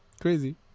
crazy